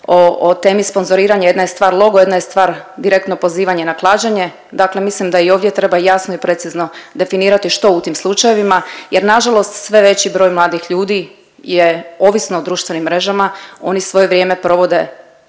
o temi sponzoriranja, jedna je stvar logo, jedna je stvar direktno pozivanje na klađenje, dakle mislim da i ovdje treba jasno i precizno definirati što u tim slučajevima jer nažalost sve veći broj mladih ljudi je ovisno o društvenim mrežama, oni svoje vrijeme provode,